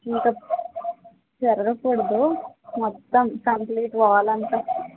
ఇంకా చెరగకూడదు మొత్తం కంప్లీట్ వాల్ అంతా